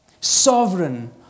sovereign